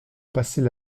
passait